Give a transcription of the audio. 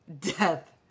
Death